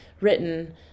written